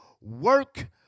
work